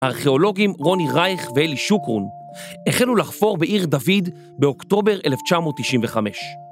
הארכיאולוגים רוני רייך ואלי שוקרון החלו לחפור בעיר דוד באוקטובר 1995